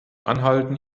anhalten